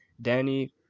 Danny